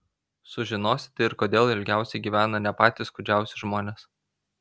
sužinosite ir kodėl ilgiausiai gyvena ne patys kūdžiausi žmonės